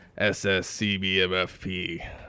SSCBMFP